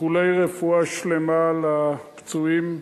ואיחולי רפואה שלמה לפצועים.